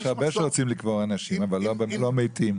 הרבה שרוצים לקבור אנשים, אבל לא מתים.